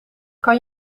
kan